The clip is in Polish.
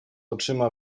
oczyma